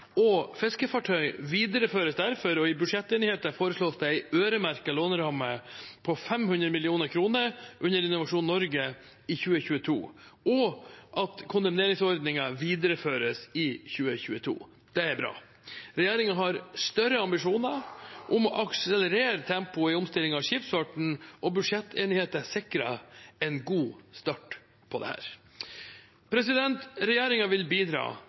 og fiskefartøy videreføres derfor, og i budsjettenigheten foreslås det en øremerket låneramme på 500 mill. kr under Innovasjon Norge i 2022 og at kondemneringsordningen videreføres i 2022. Det er bra. Regjeringen har store ambisjoner om å akselerere tempoet i omstillingen av skipsfarten, og budsjettenigheten sikrer en god start på dette. Regjeringen vil bidra